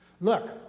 Look